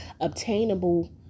obtainable